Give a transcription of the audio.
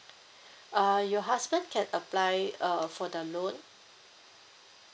uh your husband can apply uh for the loan